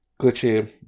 glitchy